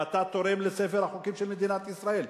ואתה תורם לספר החוקים של מדינת ישראל.